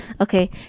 Okay